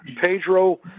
Pedro